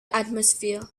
atmosphere